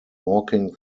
walking